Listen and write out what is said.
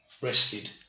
rested